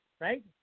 Right